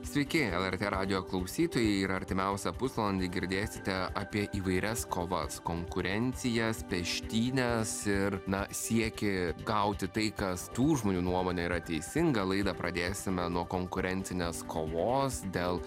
sveiki lrt radijo klausytojai ir artimiausią pusvalandį girdėsite apie įvairias kovas konkurencijas peštynes ir na siekė atgauti tai kas tų žmonių nuomone yra teisinga laidą pradėsime nuo konkurencinės kovos dėl